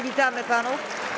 Witamy panów.